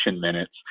minutes